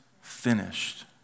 finished